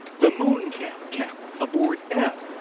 the moonkam camera aboard ebb,